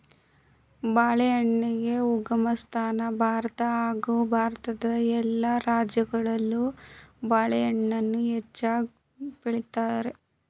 ಬಾಳೆಹಣ್ಣಿಗೆ ಉಗಮಸ್ಥಾನ ಭಾರತ ಹಾಗೂ ಭಾರತದ ಎಲ್ಲ ರಾಜ್ಯಗಳಲ್ಲೂ ಬಾಳೆಹಣ್ಣನ್ನ ಹೆಚ್ಚಾಗ್ ಬೆಳಿತಾರೆ